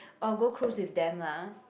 oh go cruise with them lah